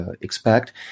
expect